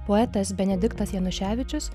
poetas benediktas januševičius